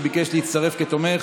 שביקש להצטרף כתומך,